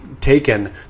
taken